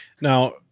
Now